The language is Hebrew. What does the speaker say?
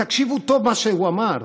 תקשיבו טוב למה שהוא אמר,